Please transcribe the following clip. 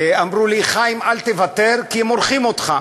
אמרו לי: חיים, אל תוותר, כי מורחים אותך.